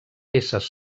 peces